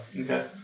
Okay